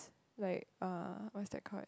like uh what's that call